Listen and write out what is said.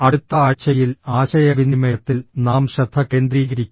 അടുത്ത ആഴ്ചയിൽ ആശയവിനിമയത്തിൽ നാം ശ്രദ്ധ കേന്ദ്രീകരിക്കും